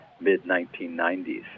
mid-1990s